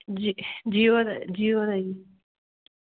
ਜੀ ਜੀਓ ਦਾ ਜੀਓ ਦਾ ਹੈ ਜੀ